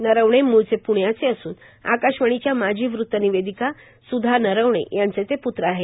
नरवणे मूळचे प्ण्याचे असून आकाशवाणीच्या माजी वृत्तनिवेदिका सुधा नरवणे यांचे ते प्त्र आहेत